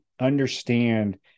understand